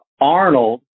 Arnold